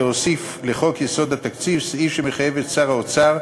להוסיף לחוק יסודות התקציב סעיף שמחייב את שר האוצר,